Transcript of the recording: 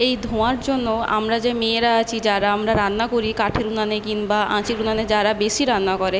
এই ধোঁয়ার জন্য আমরা যে মেয়েরা আছি যারা আমরা রান্না করি কাঠের উনানে কিনবা আঁচের উনানে যারা বেশি রান্না করে